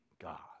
God